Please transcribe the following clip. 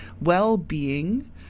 well-being